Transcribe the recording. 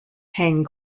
hang